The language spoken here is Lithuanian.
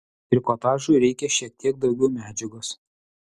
trikotažui reikia šiek teik daugiau medžiagos